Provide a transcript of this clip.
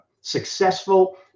successful